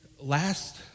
Last